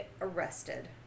arrested